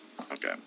Okay